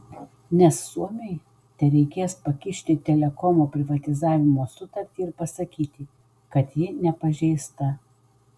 nes suomiui tereikės pakišti telekomo privatizavimo sutartį ir pasakyti kad ji nepažeista